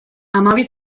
hamabi